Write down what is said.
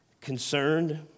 concerned